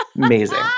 Amazing